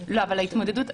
ההפך.